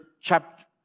chapter